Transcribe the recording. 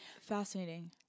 Fascinating